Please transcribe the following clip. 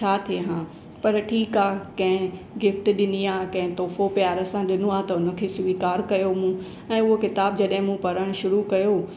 छा थिए हा पर ठीकु आहे कंहिं गिफ्ट ॾिनी आहे कंहिं तोहफ़ो प्यारु सां ॾिनो आहे त हुनखे स्वीकारु कयो मूं ऐं उहो क़िताबु जॾहिं मूं पढ़ण शुरू कयो